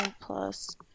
plus